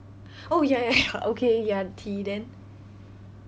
oh ya ya ya okay ya T then